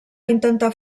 intentar